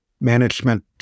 management